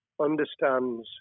understands